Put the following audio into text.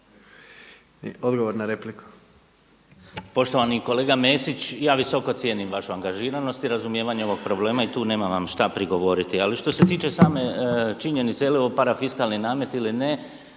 Odgovor na repliku.